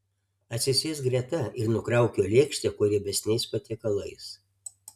atsisėsk greta ir nukrauk jo lėkštę kuo riebesniais patiekalais